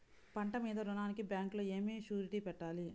పంట మీద రుణానికి బ్యాంకులో ఏమి షూరిటీ పెట్టాలి?